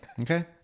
Okay